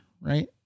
Right